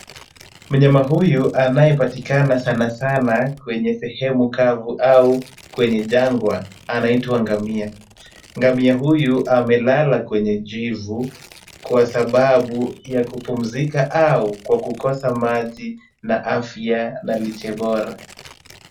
Mnyama huyu anayepatikana sanasana kwenye sehemu kavu au kwenye jangwa anaitwa ngamia. Ngamia huyu amelala kwenye jivu kwa sababu ya kupumzika au kwa kukosa maji na afya na lishe bora.